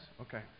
Okay